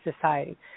society